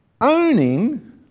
owning